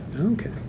Okay